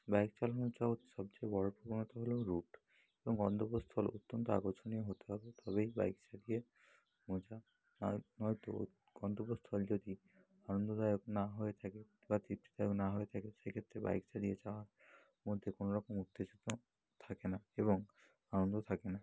bike চালানোর জগতে সবচেয়ে বড় প্রবণতা হলো রুট এবং গন্তব্যস্থল অত্যন্ত আকর্ষণীয় হতে হবে তবেই বাইক চালিয়ে মজা আর নয়তো গন্তব্যস্থলটি যদি আনন্দদায়ক না হয়ে থাকে বা তৃপ্তিদায়ক না হয়ে থাকে সেক্ষেত্রে বাইক চালিয়ে যাওয়ার মধ্যে কোনো রকম উত্তেজনা থাকে না এবং আনন্দও থাকে না